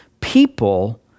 people